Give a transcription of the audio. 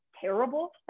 terrible